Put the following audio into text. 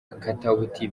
katauti